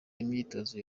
imyitozo